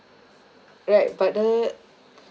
right but the